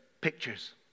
pictures